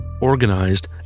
organized